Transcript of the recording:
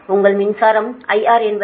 உங்கள் மின்சாரம் IR என்பது 437